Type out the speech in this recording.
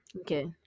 okay